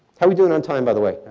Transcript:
how are we doing and time, by the way?